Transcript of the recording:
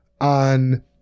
on